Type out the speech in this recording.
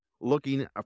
looking